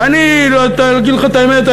ואני להגיד לך את האמת,